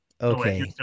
Okay